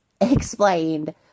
explained